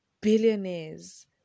billionaires